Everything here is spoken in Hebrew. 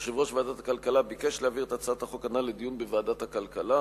יושב-ראש ועדת הכלכלה ביקש להעביר את הצעת החוק הנ"ל לדיון בוועדת הכלכלה